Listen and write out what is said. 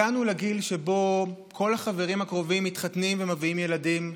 הגענו לגיל שבו כל החברים הקרובים מתחתנים ומביאים ילדים,